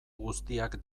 guztiak